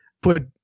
Put